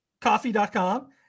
coffee.com